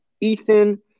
Ethan